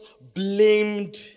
blamed